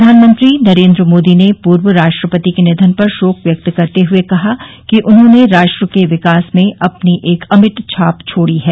प्रधानमंत्री नरेंद्र मोदी ने पूर्व राष्ट्रपति के निधन पर शोक व्यक्त करते हुए कहा कि उन्होंने राष्ट्र के विकास में अपनी एक अमिट छाप छोड़ी है